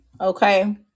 okay